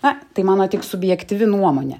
na tai mano tik subjektyvi nuomonė